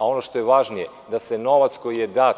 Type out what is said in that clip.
Ono što je važnije, da se novac koji je dat,